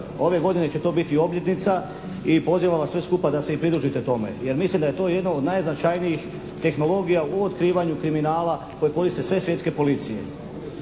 Ove godine će to biti obljetnica i pozivam vas sve skupa da se i pridružite tome, jer mislim da je to jedna od najznačajnijih tehnologija u otkrivanju kriminala koje koriste sve svjetske policije.